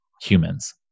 humans